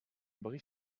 bry